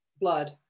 blood